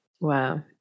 Wow